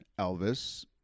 Elvis